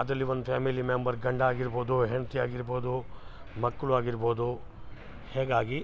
ಅದರಲ್ಲಿ ಒಂದು family member ಗಂಡ ಆಗಿರ್ಬೋದು ಹೆಂಡತಿ ಆಗಿರ್ಬೋದು ಮಕ್ಕಳು ಆಗಿರ್ಬೋದು ಹೀಗಾಗಿ